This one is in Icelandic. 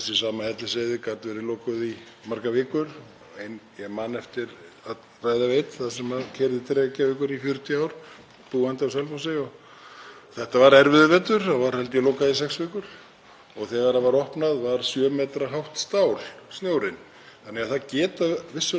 þetta var erfiður vetur, það var, held ég, lokað í sex vikur. Þegar það var opnað var snjórinn sjö metra hátt stál. Það geta vissulega komið miklir og þungir snjóavetur. Þetta þekkja menn auðvitað annars staðar á landinu, við hérna sunnan lands erum ekki eins vön því.